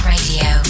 Radio